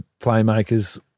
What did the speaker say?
playmakers